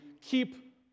keep